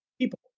people